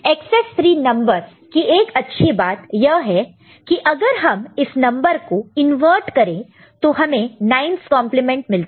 excess 3 नंबर की एक अच्छी बात यह है कि अगर हम इस नंबर को इन्वॅःट करें तो हमें 9's कंप्लीमेंट मिलता है